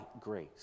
grace